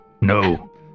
No